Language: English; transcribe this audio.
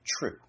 true